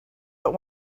but